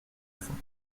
fond